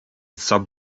sub